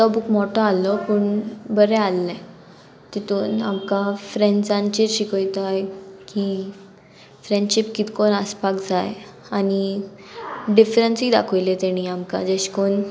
तो बूक मोटो आहलो पूण बरें आहले तितून आमकां फ्रेंड्सांचेर शिकयताय की फ्रेंडशीप कितकोन आसपाक जाय आनी डिफरंसूय दाखयलें तेणी आमकां जेश कुन्न